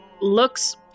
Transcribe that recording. looks